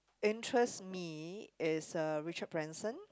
interest me is uh Richard-Branson